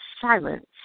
silence